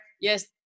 yes